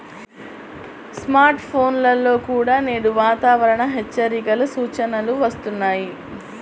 smart ఫోన్లలో కూడా నేడు వాతావరణ హెచ్చరికల సూచనలు వస్తున్నాయి